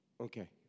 Okay